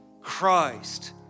Christ